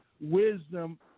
wisdom